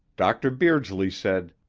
dr. beardsley said,